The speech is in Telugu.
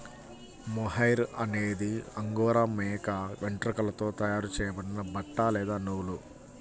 మొహైర్ అనేది అంగోరా మేక వెంట్రుకలతో తయారు చేయబడిన బట్ట లేదా నూలు